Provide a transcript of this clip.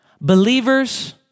Believers